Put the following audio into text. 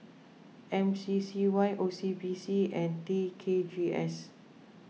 M C C Y O C B C and T K G S